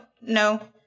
No